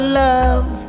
love